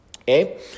Okay